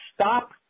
stop